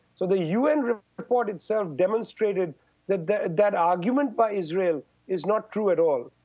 so the un report itself demonstrated that that argument by israel is not true at all.